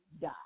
die